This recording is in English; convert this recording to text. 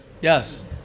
yes